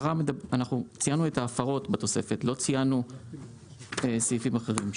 ציינו את ההפרות בתוספת, לא ציינו סעיפים אחרים.